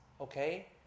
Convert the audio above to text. okay